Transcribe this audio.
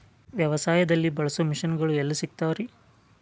ವ್ಯವಸಾಯದಲ್ಲಿ ಬಳಸೋ ಮಿಷನ್ ಗಳು ಎಲ್ಲಿ ಸಿಗ್ತಾವ್ ರೇ?